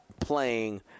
playing